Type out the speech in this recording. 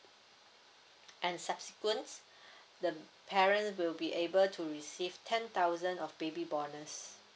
and subsequent the parent will be able to receive ten thousand of baby bonus